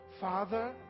Father